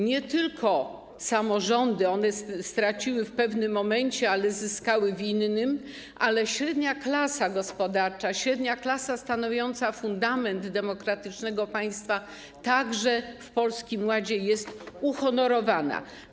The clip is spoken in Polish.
Nie tylko samorządy - one straciły w pewnym momencie, ale zyskały w innym - ale i średnia klasa gospodarcza, średnia klasa stanowiąca fundament demokratycznego państwa także w Polskim Ładzie jest uhonorowana.